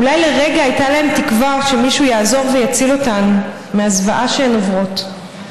אולי לרגע הייתה להן תקווה שמישהו יעזור ויציל אותן מהזוועה שהן עוברות,